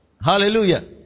Hallelujah